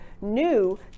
new